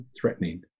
threatening